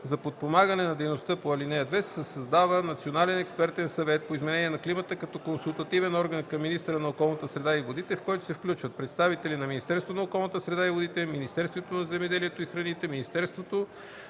За подпомагане на дейността по ал. 2 се създава Национален експертен съвет по изменение на климата като консултативен орган към министъра на околната среда и водите, в който се включват представители на Министерството на околната среда и водите, Министерството на земеделието и храните, Министерството